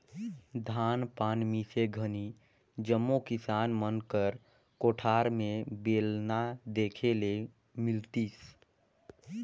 धान पान मिसे घनी जम्मो किसान मन कर कोठार मे बेलना देखे ले मिलतिस